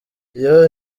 yoooo